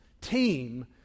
team